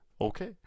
okay